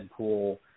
Deadpool